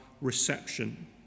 reception